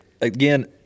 again